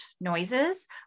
noises